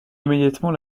immédiatement